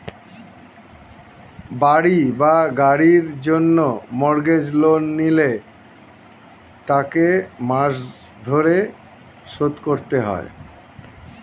বাড়ি বা গাড়ির জন্য মর্গেজ লোন নিলে তাকে মাস ধরে শোধ করতে হয়